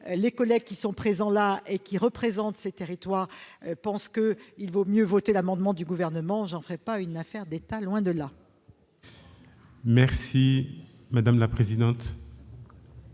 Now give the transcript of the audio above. les collègues ici présents qui représentent ces territoires pensent qu'il vaut mieux voter l'amendement du Gouvernement, je n'en ferai pas une affaire d'État, loin de là ! La parole est